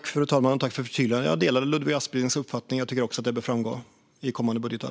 Fru talman! Jag tackar för förtydligandet. Jag delar Ludvig Asplings uppfattning. Jag tycker också att det bör framgå i kommande budgetar.